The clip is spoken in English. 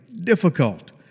difficult